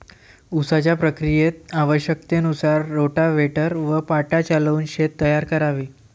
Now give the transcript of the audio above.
उसाच्या प्रक्रियेत आवश्यकतेनुसार रोटाव्हेटर व पाटा चालवून शेत तयार करावे